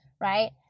right